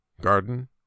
Garden